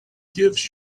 gives